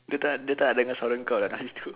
dia tak nak dia tak nak dengar suara kau lah kat situ